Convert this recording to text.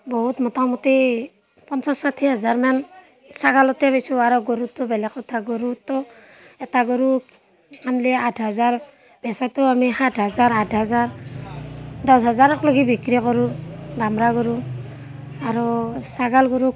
বহুত মোটামুতি পঞ্চাছ ছাঠি হাজাৰমান ছাগালতে পাইছোঁ আৰু গৰুততো বেলেগ কথা গৰুততো এটা গৰুত আনিলে আঠ হাজাৰ বেচাতো আমি সাত হাজাৰ আঠ হাজাৰ দহ হাজাৰৰলৈকে বিক্ৰী কৰোঁ দমৰা গৰু আৰু ছাগাল গৰুক